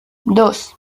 dos